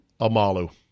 Amalu